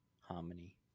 harmony